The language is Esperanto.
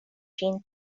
ĝin